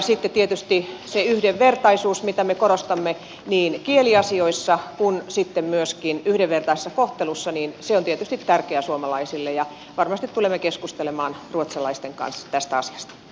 sitten tietysti se yhdenvertaisuus mitä me korostamme niin kieliasioissa kuin myöskin yhdenvertaisessa kohtelussa on tietysti tärkeä suomalaisille ja varmasti tulemme keskustelemaan ruotsalaisten kanssa tästä asiasta